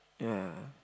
ya